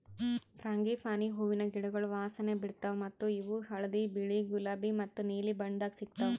frangipani ಹೂವಿನ ಗಿಡಗೊಳ್ ವಾಸನೆ ಬಿಡ್ತಾವ್ ಮತ್ತ ಇವು ಹಳದಿ, ಬಿಳಿ, ಗುಲಾಬಿ ಮತ್ತ ನೀಲಿ ಬಣ್ಣದಾಗ್ ಸಿಗತಾವ್